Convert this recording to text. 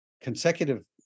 consecutive